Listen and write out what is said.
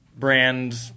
brand